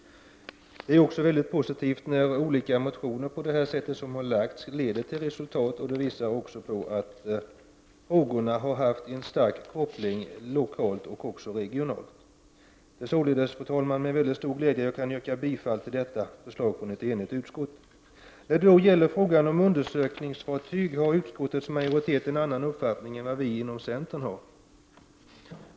Det är också mycket positivt när olika motioner som har väckts har lett till resultat. Det visar att frågorna haft en stark koppling lokalt och regionalt. Det är således, fru talman, med mycket stor glädje jag kan yrka bifall till detta förslag från ett enigt utskott. I frågan om ett undersökningsfartyg har utskottets majoritet en annan uppfattning än vad vi i centern har.